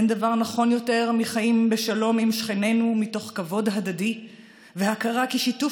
אין דבר נכון יותר מחיים בשלום עם שכנינו מתוך כבוד הדדי והכרה כי שיתוף